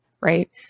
right